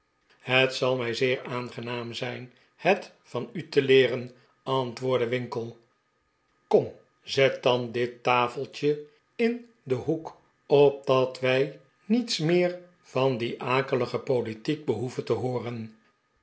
het zal mij zeer aangenaam zijn het van u te leeren antwoordde winkle kom zet dan dit tafeltje in den hoek opdat wij niets meer van die akelige politiek behoeven te hooren